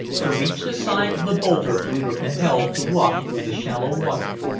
to reach the side of the boulder we were compelled to walk through the shallow water,